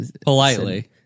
Politely